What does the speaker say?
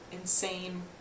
insane